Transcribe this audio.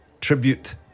tribute